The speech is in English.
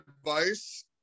advice